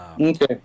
Okay